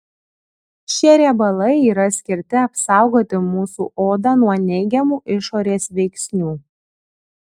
šie riebalai yra skirti apsaugoti mūsų odą nuo neigiamų išorės veiksnių